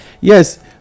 yes